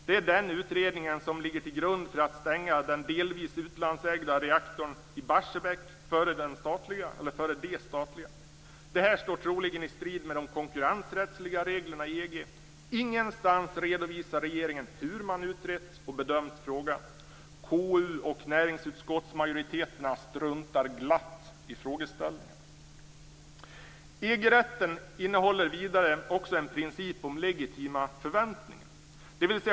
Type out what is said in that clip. Det är den utredningen som ligger till grund för att stänga den delvis utlandsägda reaktorn i Barsebäck före de statliga reaktorerna. Det här står troligen i strid med de konkurrensrättsliga reglerna i EG. Ingenstans redovisar regeringen hur man utrett och bedömt frågan. Majoriteten i både KU och näringsutskottet struntar glatt i frågeställningen. EG-rätten innehåller också en princip om legitima förväntningar.